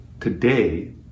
Today